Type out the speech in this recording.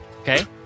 Okay